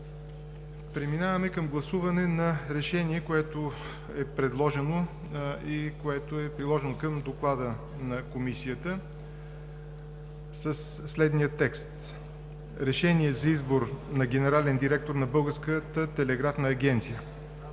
Преминаваме към гласуване на решение, което е предложено и е приложено към доклада на Комисията, със следния текст: „Проект! РЕШЕНИЕ за избор на генерален директор на Българската телеграфна агенция